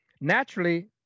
naturally